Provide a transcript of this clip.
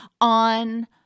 on